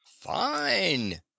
fine